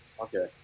Okay